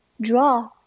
draw